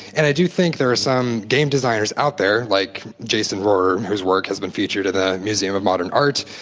and i do think there is some game designers out there, like jason rorer, whose work has been featured in the museum of modern art,